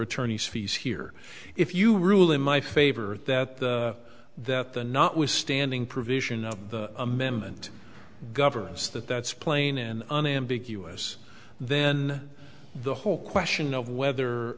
attorney's fees here if you rule in my favor that that the notwithstanding provision of the amendment governments that that's playing in an ambiguous then the whole question of whether